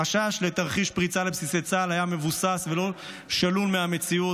החשש לתרחיש פריצה לבסיסי צה"ל היה מבוסס ולא מנותק מהמציאות,